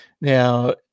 Now